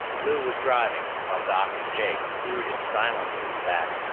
lou was driving, while doc and jake brooded silently in the back,